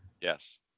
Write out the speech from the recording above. Yes